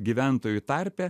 gyventojų tarpe